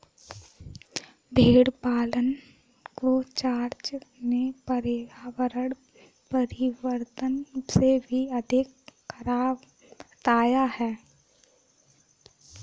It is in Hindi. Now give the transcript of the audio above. भेड़ पालन को जॉर्ज ने पर्यावरण परिवर्तन से भी अधिक खराब बताया है